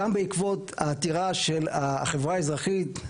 גם בעקבות עתירה של החברה האזרחית,